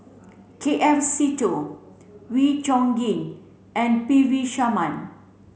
K F Seetoh Wee Chong Kin and P V Sharma